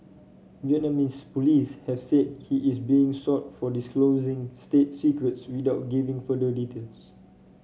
Vietnamese police have said he is being sought for disclosing state secrets without giving further details